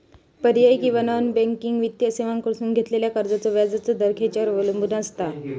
पर्यायी किंवा non banking वित्तीय सेवांकडसून घेतलेल्या कर्जाचो व्याजाचा दर खेच्यार अवलंबून आसता?